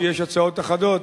היות שיש הצעות אחדות,